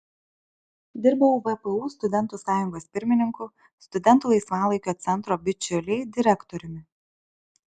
dirbau vpu studentų sąjungos pirmininku studentų laisvalaikio centro bičiuliai direktoriumi